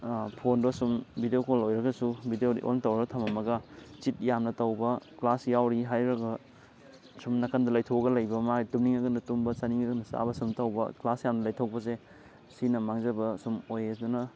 ꯐꯣꯟꯗꯣ ꯁꯨꯝ video call ꯑꯣꯏꯔꯒꯁꯨ ꯕꯤꯗꯤꯑꯣꯗꯤ ꯑꯣꯟ ꯇꯧꯔ ꯊꯝꯂꯝꯃꯒ ꯆꯤꯠ ꯌꯥꯝꯅ ꯇꯧꯕ ꯀ꯭ꯂꯥꯁ ꯌꯥꯎꯔꯤ ꯍꯥꯏꯔꯒ ꯁꯨꯝ ꯅꯥꯀꯟꯗ ꯂꯩꯊꯣꯛꯑꯒ ꯂꯩꯕ ꯑꯃ ꯃꯥꯏ ꯇꯨꯝꯅꯤꯡꯉꯒꯅ ꯇꯨꯝꯕ ꯆꯥꯅꯤꯡꯉꯒꯅ ꯆꯥꯕ ꯁꯨꯝ ꯇꯧꯕ ꯀ꯭ꯂꯥꯁ ꯌꯥꯝ ꯂꯩꯊꯣꯛꯄꯁꯦ ꯁꯤꯅ ꯃꯥꯡꯖꯕ ꯁꯨꯝ ꯑꯣꯏꯋꯦ ꯑꯗꯨꯅ